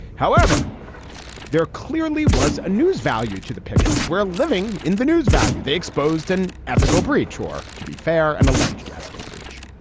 however there clearly was a news value to the pictures. we're living in the news value they exposed an ethical breach or to be fair and alleged ethical breach.